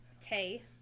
Tay